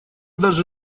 даже